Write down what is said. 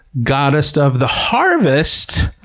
goddess of the harvest,